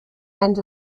and